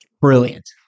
Brilliant